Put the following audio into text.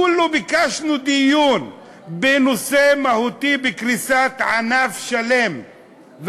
כולו ביקשנו דיון בנושא מהותי בקריסת ענף שלם,